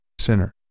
sinner